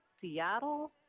Seattle